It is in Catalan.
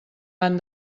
van